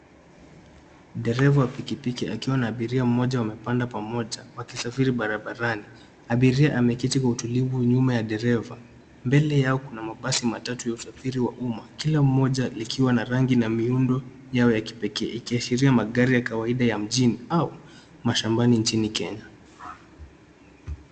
Dereva wa pikipiki akiwa na abiria mmoja wamepanda pamoja, wakisafiri barabarani. Abiria ameketi kwa utulivu nyuma ya dereva. Mbele yao kuna mabasi matatu ya usafiri wa umma, kila moja likiwa na rangi na miundo yao ya kipekee, ikiashiria magari ya kawaida ya mjini au mashambani nchini Kenya.